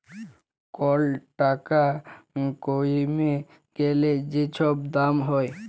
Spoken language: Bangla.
কল টাকা কইমে গ্যালে যে ছব দাম হ্যয়